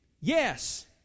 Yes